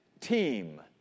team